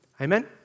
Amen